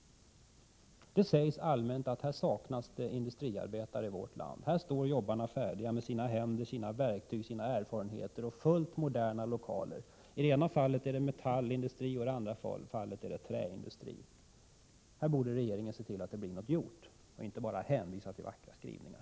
Det sägs allmänt att det saknas industriarbetare i vårt land. Men här står jobbarna färdiga med sina händer, sina verktyg, sina erfarenheter och fullt moderna lokaler. I det ena fallet är det metallindustri och i det andra är det träindustri. Här borde regeringen se till att det blir något gjort och inte bara hänvisa till vackra skrivningar.